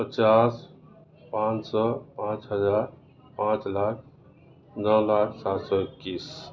پچاس پانچ سو پانچ ہزار پانچ لاکھ نولاکھ سات سو اکیس